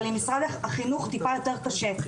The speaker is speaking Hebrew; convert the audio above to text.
אבל עם משרד החינוך טיפה יותר קשה.